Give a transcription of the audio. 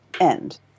End